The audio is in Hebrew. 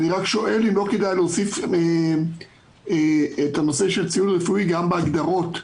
אני שואל האם לא כדאי להוסיף את נושא הציוד הרפואי גם בתקנת ההגדרות,